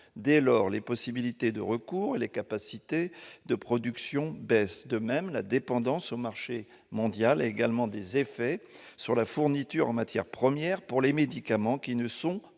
dès lors, les possibilités de recours et les capacités de production baissent. De même, la dépendance au marché mondial a des effets sur la fourniture en matières premières pour les médicaments qui ne sont